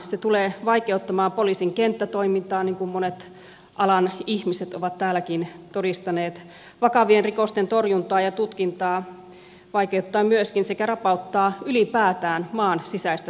se tulee vaikeuttamaan poliisin kenttätoimintaa niin kuin monet alan ihmiset ovat täälläkin todistaneet vaikeuttamaan vakavien rikosten torjuntaa ja tutkintaa myöskin sekä rapauttamaan ylipäätään maan sisäistä turvallisuutta